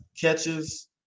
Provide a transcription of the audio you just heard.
catches